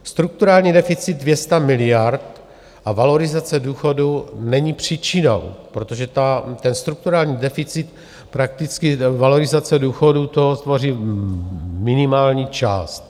Strukturální deficit 200 miliard a valorizace důchodů není příčinou, protože ten strukturální deficit prakticky valorizace důchodů to tvoří minimální část.